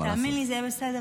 תאמין לי, זה יהיה בסדר.